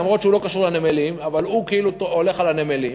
למרות שהוא לא קשור לנמלים אבל הוא כאילו הולך על הנמלים.